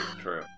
True